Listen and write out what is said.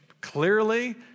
Clearly